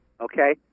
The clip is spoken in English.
Okay